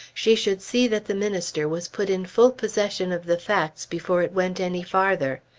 she should see that the minister was put in full possession of the facts before it went any farther.